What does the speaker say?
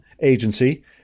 agency